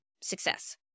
success